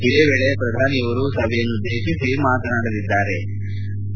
ಇದೇ ವೇಳೆ ಪ್ರಧಾನಿ ಸಭೆಯನ್ನು ಉದ್ಲೇಶಿಸಿ ಮಾತನಾಡಲಿದ್ಲಾರೆ